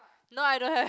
no I don't have